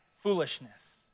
foolishness